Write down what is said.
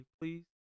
please